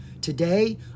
Today